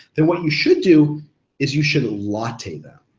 then what you should do is you should latte them.